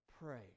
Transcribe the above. Pray